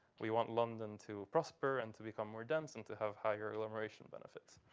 we want london to prosper and to become more dense and to have higher agglomeration benefits.